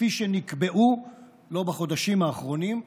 כפי שנקבעו לא בחודשים האחרונים,